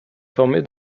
formée